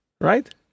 Right